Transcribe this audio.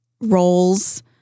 roles